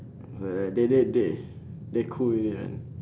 it's alright they they they they cool with it ah